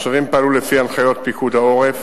התושבים פעלו לפי הנחיות פיקוד העורף